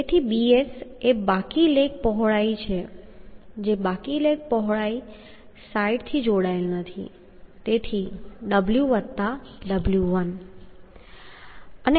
તેથી bs એ બાકી લેગ પહોળાઈ છે જે બાકી લેગ પહોળાઈ સાઇટથી જોડાયેલ નથી તેથી ww1